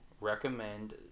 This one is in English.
recommend